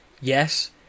yes